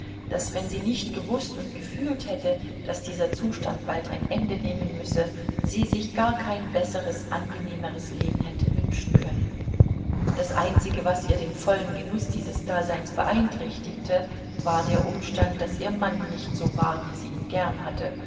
daß wenn sie nicht gewußt und gefühlt hätte daß dieser zustand bald ein ende nehmen müsse sie sich gar kein besseres angenehmeres leben hätte wünschen können das einzige was ihr den vollen genuß dieses daseins beeinträchtigte war der umstand daß ihr mann nicht so war wie sie ihn gern hatte